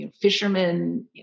fishermen